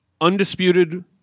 undisputed